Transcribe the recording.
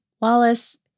Wallace